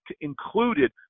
included